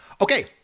okay